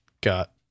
got